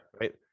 Right